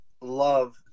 love